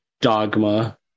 Dogma